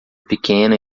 pequena